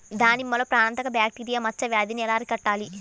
దానిమ్మలో ప్రాణాంతక బ్యాక్టీరియా మచ్చ వ్యాధినీ ఎలా అరికట్టాలి?